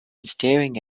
staring